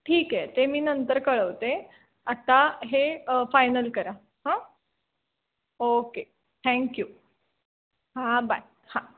ठीक आहे ते मी नंतर कळवते आत्ता हे फायनल करा हां ओके थँक्यू हां बाय हां